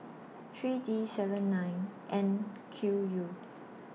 three D seven nine N Q U